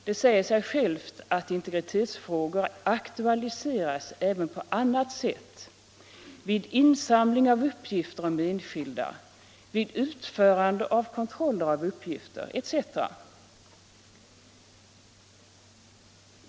Det säger sig självt att integritetsfrågor aktualiseras även på annat sätt, vid insamling av uppgifter om enskilda, vid utförande av kontroller av uppgifter cte.